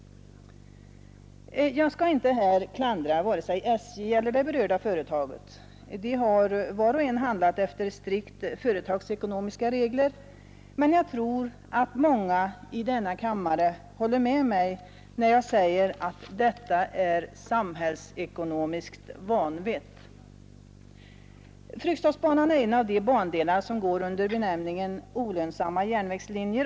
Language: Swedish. Jag skall inte här klandra vare sig SJ eller det berörda företaget. De har var och en handlat efter strikt företagsekonomiska regler, men jag tror att många i denna kammare håller med mig när jag säger att detta är samhällsekonomiskt vanvett. Fryksdalsbanan är en av de bandelar som går under benämningen ”olönsamma järnvägslinjer”.